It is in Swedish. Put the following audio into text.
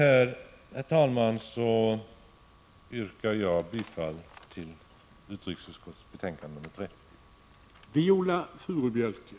Med det anförda yrkar jag bifall till hemställan i utrikesutskottets betänkande 30.